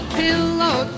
pillow